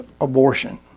abortion